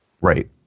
Right